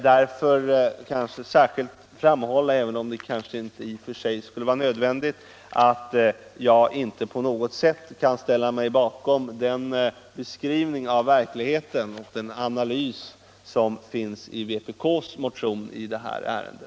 Jag vill framhålla, även om det kanske i och för sig inte skulle vara nödvändigt, att jag inte på något sätt kan ställa mig bakom den beskrivning av verkligheten och den analys som finns i vpk:s motion i detta ärende.